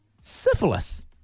Syphilis